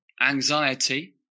anxiety